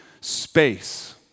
space